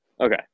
Okay